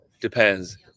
Depends